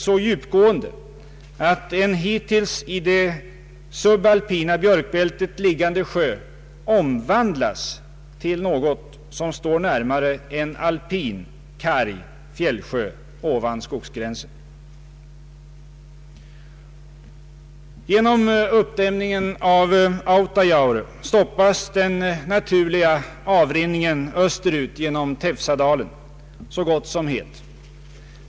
så djurgående att en hittills i det subalpina björkbältet liggande sjö omvandlas till något som står närmare en alpin, karg fjällsjö, ovan skogsgränsen.” Genom uppdämningen av Autajaure stoppas den naturliga avrinningen öster ut genom Teusadalen så gott som helt.